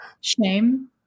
shame